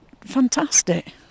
fantastic